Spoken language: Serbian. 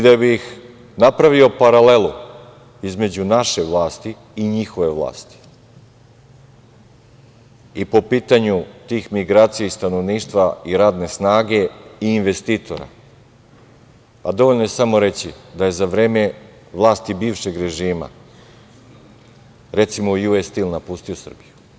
Da bih napravio paralelu između naše vlasti i njihove vlasti i po pitanju tih migracija i stanovništva i radne snage i investitora, pa dovoljno je samo reći da je za vreme vlasti bivšeg režima, recimo, „Ju-es stil“ napustio Srbiju, pobegao iz Srbiju.